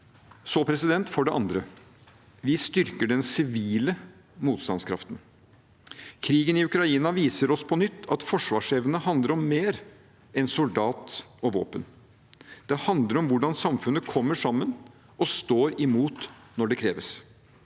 i denne sal. For det andre: Vi styrker den sivile motstandskraften. Krigen i Ukraina viser oss på nytt at forsvarsevne handler om mer enn soldat og våpen. Det handler om hvordan samfunnet kommer sammen og står imot når det kreves